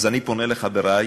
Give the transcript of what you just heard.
אז אני פונה לחברי,